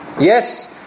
Yes